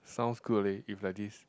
sounds good leh if like this